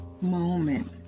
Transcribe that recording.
Moment